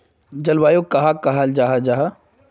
जलवायु कहाक कहाँ जाहा जाहा?